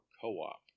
co-op